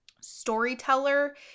storyteller